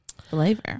flavor